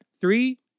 Three